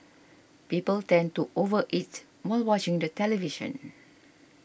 people tend to over eat while watching the television